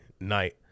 Night